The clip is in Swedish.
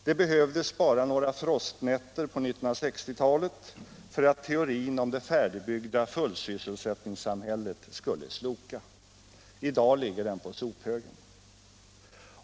Det behövdes bara några frostnätter på 1960-talet för att teorin om det färdigbyggda fullsysselsättningssamhället skulle sloka. I dag ligger den på sophögen.